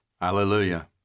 Hallelujah